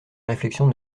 réflexion